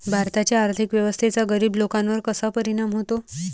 भारताच्या आर्थिक व्यवस्थेचा गरीब लोकांवर कसा परिणाम होतो?